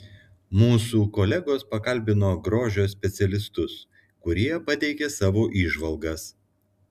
mūsų kolegos pakalbino grožio specialistus kurie pateikė savo įžvalgas